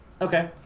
Okay